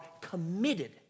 committed